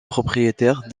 propriétaire